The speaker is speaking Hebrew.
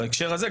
בהקשר הזה,